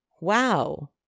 wow